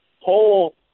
whole